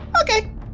Okay